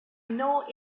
know